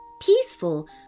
Peaceful